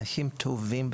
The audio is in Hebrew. האנשים טובים,